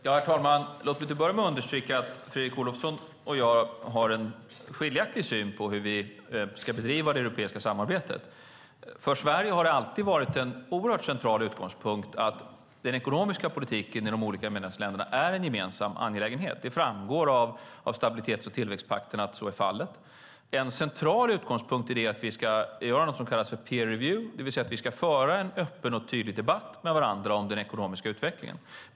Herr talman! Låt mig till att börja med understryka att Fredrik Olovsson och jag har olika syn på hur vi ska bedriva det europeiska samarbetet. För Sverige har det alltid varit en oerhört central utgångspunkt att den ekonomiska politiken i de olika medlemsländerna är en gemensam angelägenhet. Det framgår av stabilitets och tillväxtpakten att så är fallet. En central utgångspunkt i det är att vi ska göra något som kallas för peer review, det vill säga att vi ska föra en öppen och tydlig debatt med varandra om den ekonomiska utvecklingen.